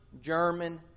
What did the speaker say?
German